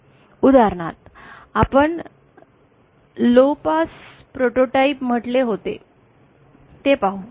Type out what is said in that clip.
उदाहरणार्थ आपण low pass prototype म्हटले होते ते पाहू